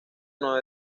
nueve